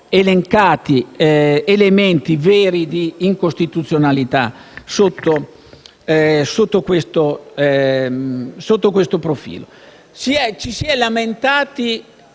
elencati elementi veri di incostituzionalità sotto questo profilo. Ci si è lamentati